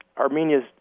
Armenia's